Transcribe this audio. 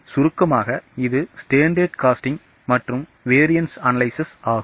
சுருக்கமாக இது standard costing மற்றும் variance analysis ஆகும்